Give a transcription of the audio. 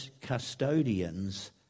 custodians